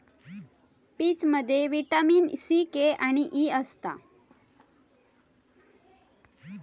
पीचमध्ये vitamin C, K आणि E असता